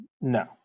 No